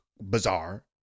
bizarre